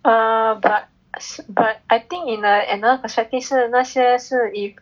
err but but I think in a another perspective 是那些是 if